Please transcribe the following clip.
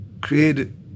created